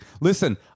Listen